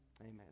Amen